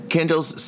Kendall's